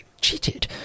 cheated